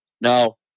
No